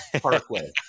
parkway